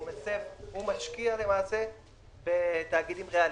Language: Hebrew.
הוא משקיע בתאגידים ריאליים.